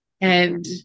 And-